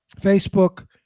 Facebook